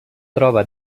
troba